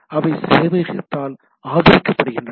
அவை சேவையகத்தால் ஆதரிக்கப்படுகின்றன